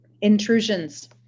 Intrusions